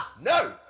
No